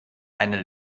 eine